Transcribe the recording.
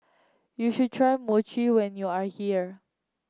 you should try Mochi when you are here